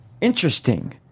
interesting